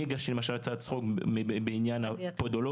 אני הגשתי למשל הצעת חוק בעניין הפודולוגים.